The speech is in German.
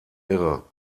irre